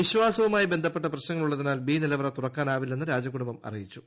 വിശ്വാസവുമായി ബന്ധപ്പെട്ട പ്രശ്നങ്ങളുള്ളതിനാൽ ക്ഷി നിലവറ തുറക്കാനാവില്ലെന്ന് രാജകുടുംബം അറിയിച്ചു